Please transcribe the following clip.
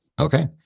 okay